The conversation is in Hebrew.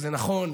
וזה נכון,